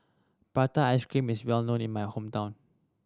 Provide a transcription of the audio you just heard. prata ice cream is well known in my hometown